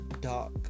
dark